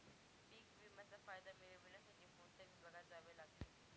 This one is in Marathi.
पीक विम्याचा फायदा मिळविण्यासाठी कोणत्या विभागात जावे लागते?